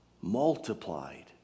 multiplied